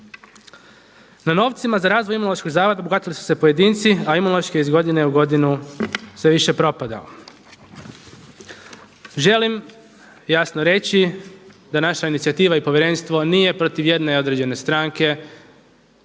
Na novcima za razvoj Imunološkog zavoda bogatili su se pojedinci, a Imunološki je iz godine u godinu sve više propadao. Želim jasno reći da naša inicijativa i povjerenstvo nije protiv jedne određene stranke